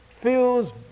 feels